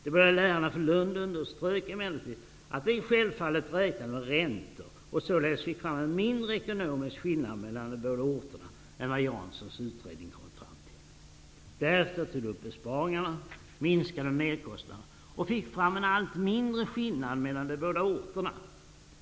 De båda lärarna från Lund underströk emellertid att de självfallet räknade med räntor och således fick fram en mindre ekonomisk skillnad mellan de båda orterna än vad Janssons utredning hade kommit fram till. Därefter tog de upp besparingarna, minskade med merkostnader och fick fram en allt mindre skillnad mellan de båda orterna.